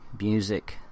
music